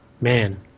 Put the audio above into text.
man